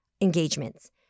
engagements